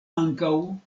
ankaŭ